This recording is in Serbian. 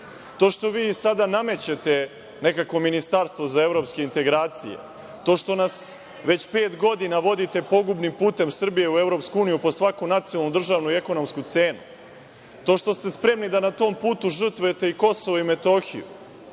EU.To što vi sada namećete nekakvo ministarstvo za evropske integracije, to što nas već pet godina vodite pogubnim putem Srbije u EU po svaku nacionalnu, državnu i ekonomsku cenu, to što ste spremni da na tom putu žrtvujete i KiM,